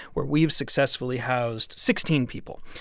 where we've successfully housed sixteen people.